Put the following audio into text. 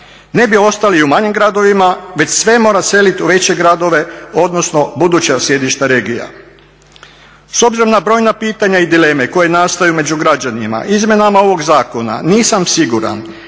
ne bi ostali u manjim gradovima već sve mora seliti u veće gradove, odnosno buduća sjedišta regija. S obzirom na brojna pitanja i dileme koje nastaju među građanima, izmjenama ovog zakona nisam siguran